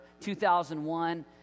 2001